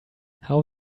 how